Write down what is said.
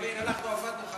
אנחנו עבדנו.